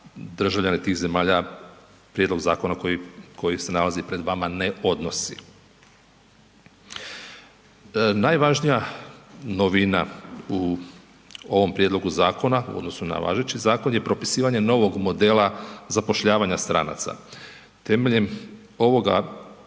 državljane tih zemalja prijedlog zakona koji se nalazi pred vama ne odnosi. Najvažnija novina u ovom prijedlogu zakona u odnosu na važeći zakon je propisivanje novog modela zapošljavanja stranaca. Temeljem ovoga